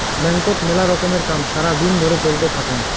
ব্যাংকত মেলা রকমের কাম সারা দিন ধরে চলতে থাকঙ